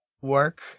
work